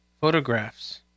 photographs